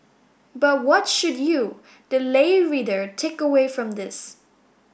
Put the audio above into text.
but what should you the lay reader take away from this